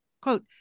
quote